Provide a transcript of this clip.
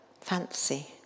fancy